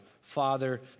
father